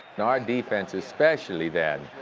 now, our defense, especially then,